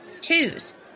Choose